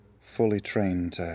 fully-trained